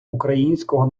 українського